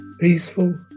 peaceful